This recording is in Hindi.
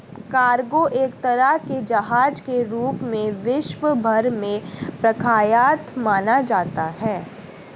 कार्गो एक तरह के जहाज के रूप में विश्व भर में प्रख्यात माना जाता है